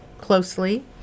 closely